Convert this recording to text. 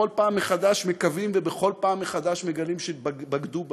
שבכל פעם מחדש מקווים ובכל פעם מחדש מגלים שבגדו בהם,